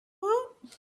woot